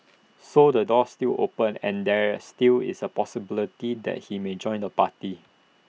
so the door's still open and there still is A possibility that he may join the party